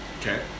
Okay